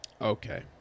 Okay